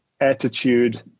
attitude